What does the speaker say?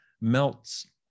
melts